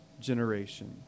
generation